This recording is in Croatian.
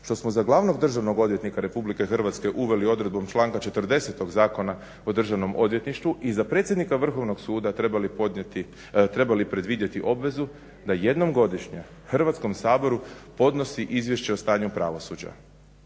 što smo za glavnog državnog odvjetnika RH uveli odredbom članka 40. Zakona o Državno odvjetništvu i za predsjednika Vrhovnog suda trebali predvidjeti obvezu da jednom godišnje Hrvatskom saboru podnosi izvješće o stanju pravosuđa.